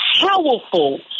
powerful